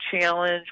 challenge